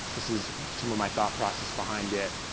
this is some of my thought process behind it,